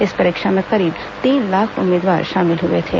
इस परीक्षा में करीब तीन लाख उम्मीदवार शामिल हुए थे